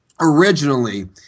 originally